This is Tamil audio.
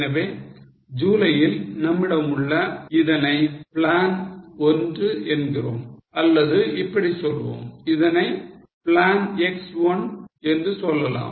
எனவே ஜூலையில் நம்மிடமுள்ள இதனை plan 1 என்கிறோம் அல்லது இப்படி சொல்வோம் நாம் இதனை plan X 1 என்று சொல்லலாம்